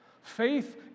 Faith